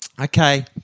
Okay